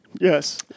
Yes